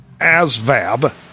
ASVAB